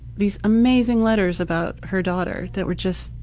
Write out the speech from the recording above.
these amazing letters about her daughter that were just,